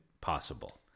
possible